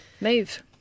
Move